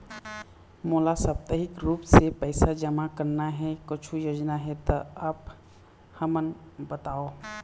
मोला साप्ताहिक रूप से पैसा जमा करना हे, कुछू योजना हे त आप हमन बताव?